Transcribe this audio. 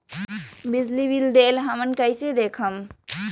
बिजली बिल देल हमन कईसे देखब?